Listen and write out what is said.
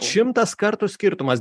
šimtas kartų skirtumas